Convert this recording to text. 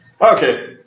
Okay